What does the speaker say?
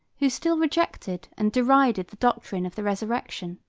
who still rejected and derided the doctrine of the resurrection.